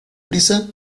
prisa